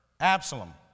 Absalom